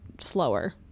slower